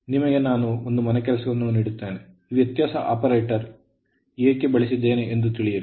ನಿಮಗೆ ನಾನು ಮನೆ ಕೆಲಸವನ್ನು ನೀಡುತ್ತೇನೆ ಈ ವ್ಯತ್ಯಾಸ ಆಪರೇಟರ್ ಅನ್ನು ಏಕೆ ಬಳಸಿದ್ದೇನೆ ಎಂದು ತಿಳಿಯಿರಿ